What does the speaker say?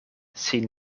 sin